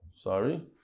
sorry